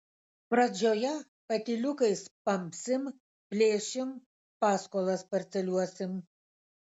pradžioje patyliukais pampsim plėšim paskolas parceliuosim